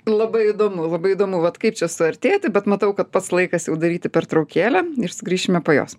labai įdomu labai įdomu vat kaip čia suartėti bet matau kad pats laikas jau daryti pertraukėlę ir sugrįšime po jos